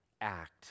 act